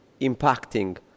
impacting